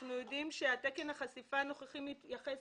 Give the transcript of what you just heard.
אנחנו יודעים שתקן החשיפה הנוכחי מתייחס